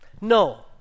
No